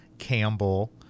Campbell